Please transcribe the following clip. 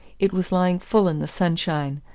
it was lying full in the sunshine,